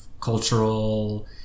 cultural